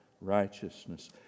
righteousness